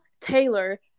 Taylor